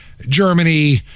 Germany